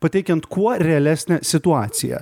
pateikiant kuo realesnę situaciją